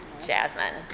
Jasmine